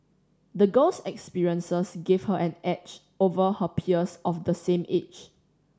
the girl's experiences gave her an edge over her peers of the same age